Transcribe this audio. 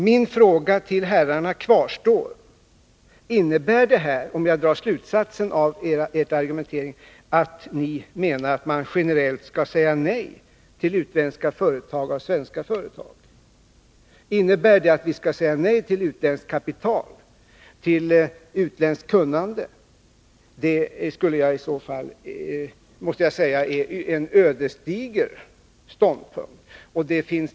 Min fråga till herrarna kvarstår: Innebär det här — om jag drar en slutsats av er argumentering — att ni menar att vi generellt skall säga nej till utländska företags köp av svenska företag? Innebär det att vi skall säga nej till utländskt kapital, till utländskt kunnande? Det skulle jag i så fall betrakta som en ödesdiger ståndpunkt.